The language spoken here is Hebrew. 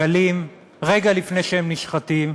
עגלים רגע לפני שהם נשחטים,